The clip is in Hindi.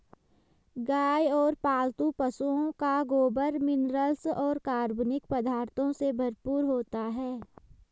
गाय और पालतू पशुओं का गोबर मिनरल्स और कार्बनिक पदार्थों से भरपूर होता है